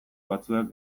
batzuek